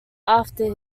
after